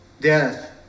death